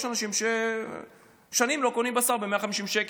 יש אנשים ששנים לא קונים בשר ב-150 שקל.